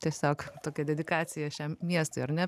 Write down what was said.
tiesiog tokia dedikacija šiam miestui ar ne